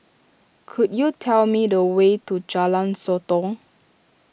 could you tell me the way to Jalan Sotong